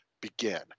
begin